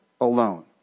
alone